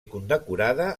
condecorada